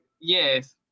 Yes